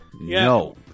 No